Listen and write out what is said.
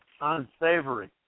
unsavory